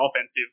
offensive